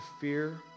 fear